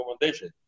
recommendation